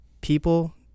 people